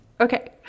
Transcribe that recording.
Okay